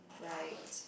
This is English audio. right